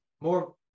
more